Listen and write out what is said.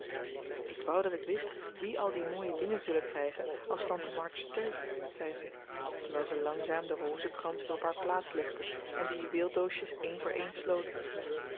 ik wou dat ik wist wie al die mooie dingen zullen krijgen als tante march sterft zei ze terwijl ze langzaam den rozenkrans weer op haar plaats legde en de juweeldoosjes één voor één sloot